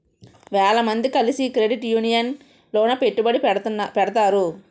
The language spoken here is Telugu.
వేల మంది కలిసి క్రెడిట్ యూనియన్ లోన పెట్టుబడిని పెడతారు